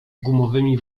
gumowymi